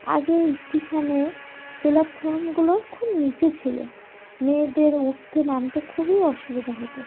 আগে স্টেশনের প্ল্যাটফর্মগুলো খুব নিচু ছিল মেয়েদের উঠতে নামতে খুবই অসুবিধা হতো